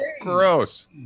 gross